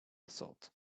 assault